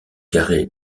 carré